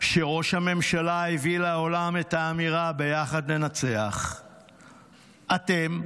שראש הממשלה הביא לעולם את האמירה "ביחד ננצח"; אתם,